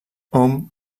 hom